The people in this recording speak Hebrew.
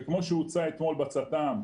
וכמו שהוצג אתמול בצט"ם,